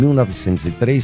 1903